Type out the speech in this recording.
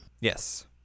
Yes